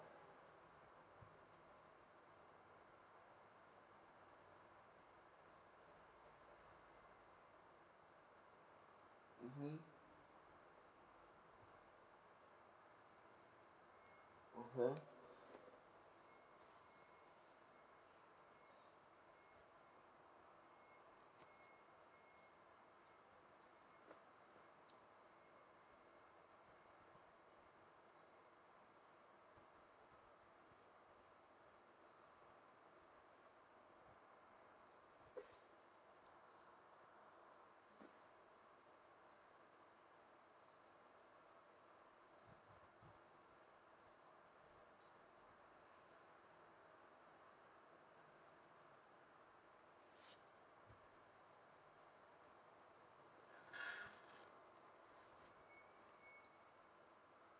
mmhmm okay